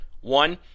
One